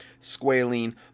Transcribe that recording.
squalene